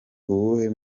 uwuhe